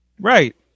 Right